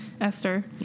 Esther